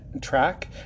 Track